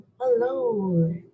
Hello